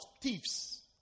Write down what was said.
thieves